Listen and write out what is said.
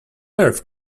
earth